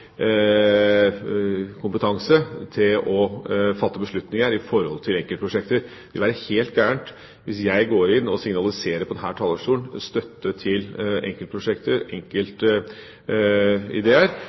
kompetanse til å fatte beslutninger om enkeltprosjekter. Det ville være helt galt hvis jeg gikk inn og signaliserte støtte til enkeltprosjekter